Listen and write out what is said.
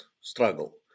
struggle